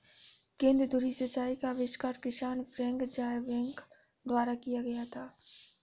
केंद्र धुरी सिंचाई का आविष्कार किसान फ्रैंक ज़ायबैक द्वारा किया गया था